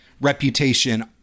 reputation